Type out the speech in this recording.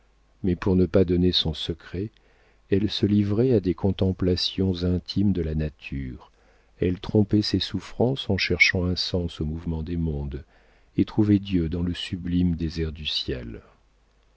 mais pour ne pas donner son secret elle se livrait à des contemplations intimes de la nature elle trompait ses souffrances en cherchant un sens au mouvement des mondes et trouvait dieu dans le sublime désert du ciel